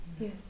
Yes